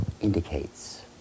indicates